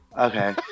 okay